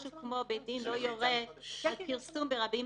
משהו כמו: בית דין לא יורה על פרסום ברבים,